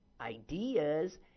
ideas